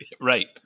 Right